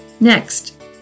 Next